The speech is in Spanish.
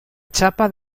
chapa